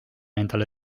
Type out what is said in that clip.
endale